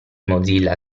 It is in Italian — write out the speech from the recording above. mozilla